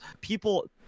people